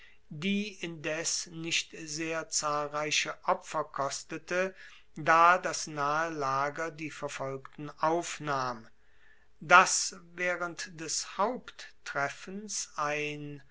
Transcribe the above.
die indes nicht sehr zahlreiche opfer kostete da das nahe lager die verfolgten aufnahm dass waehrend des haupttreffens ein